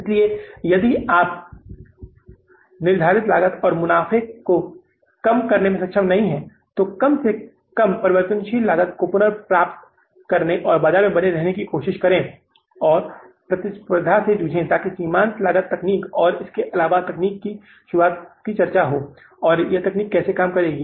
इसलिए यदि आप निर्धारित लागत और मुनाफ़े को कम करने में सक्षम नहीं हैं तो कम से कम परिवर्तनीय लागत को पुनर्प्राप्त करने और बाजार में बने रहने की कोशिश करें और प्रतिस्पर्धा से जूझें ताकि सीमांत लागत तकनीक और इसके अलावा तकनीक की शुरुआत की चर्चा हो और यह तकनीक कैसे काम करेगी